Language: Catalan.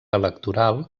electoral